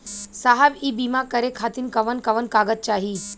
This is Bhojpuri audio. साहब इ बीमा करें खातिर कवन कवन कागज चाही?